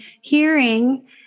hearing